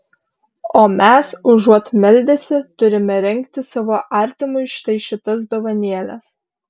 o mes užuot meldęsi turime rengti savo artimui štai šitas dovanėles